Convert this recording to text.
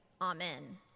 Amen